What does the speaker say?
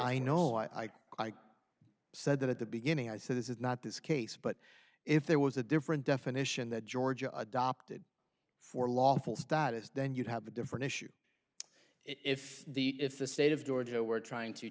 i know i said that at the beginning i said this is not this case but if there was a different definition that georgia adopted for lawful status then you'd have a different issue if the if the state of georgia were trying to